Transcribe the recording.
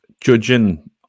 judging